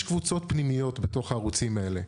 יש קבוצות פנימיות בתוך הערוצים האלה.